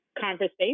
conversation